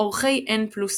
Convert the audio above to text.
עורכי n+1,